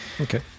Okay